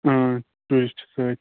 tourist سٟتۍ